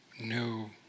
No